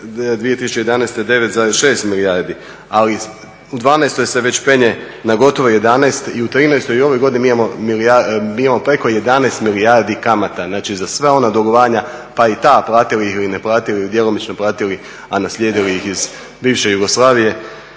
2011. 9,6 milijardi, ali u '12. se već penje na gotovo 11 i u '13. i ovoj godini mi imamo preko 11 milijardi kamata, znači za sva ona dugovanja pa i ta, platili ih, ne platili ili djelomično platili, a naslijedili ih iz bivše Jugoslavije.